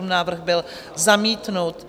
Návrh byl zamítnut.